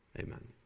amen